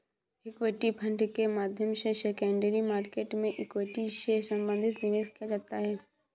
equity fund के माध्यम से सेकेंडरी मार्केट में इक्विटी से संबंधित निवेश किया जाता है